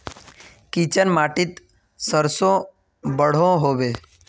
Chicken माटित सरसों बढ़ो होबे?